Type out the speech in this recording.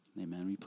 Amen